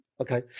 Okay